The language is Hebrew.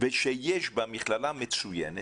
ושיש בה מכללה מצוינת,